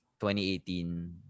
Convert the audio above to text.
2018